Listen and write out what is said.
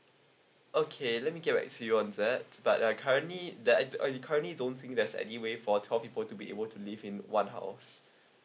okay let me get back to you on that but uh currently the end you currently don't think there's any way for twelve people to be able to live in one house